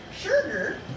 Sugar